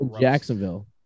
Jacksonville